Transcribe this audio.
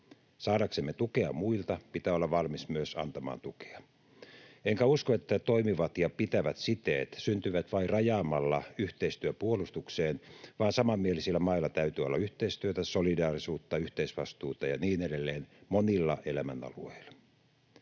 Saadaksemme tukea muilta pitää olla valmis myös antamaan tukea. Enkä usko, että toimivat ja pitävät siteet syntyvät vain rajaamalla yhteistyö puolustukseen, vaan samanmielisillä mailla täytyy olla yhteistyötä, solidaarisuutta, yhteisvastuuta ja niin edelleen monilla elämänalueilla.